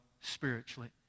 spiritually